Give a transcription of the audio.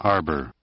Arbor